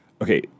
Okay